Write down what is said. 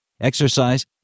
exercise